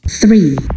three